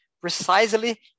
precisely